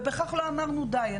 ובכך לא אמרנו די.